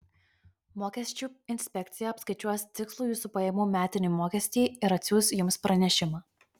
mokesčių inspekcija apskaičiuos tikslų jūsų pajamų metinį mokestį ir atsiųs jums pranešimą